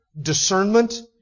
discernment